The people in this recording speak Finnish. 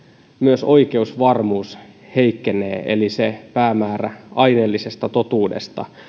myös oikeusvarmuus heikkenee eli se päämäärä aineellisesta totuudesta